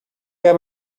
have